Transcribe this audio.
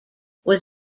was